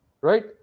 right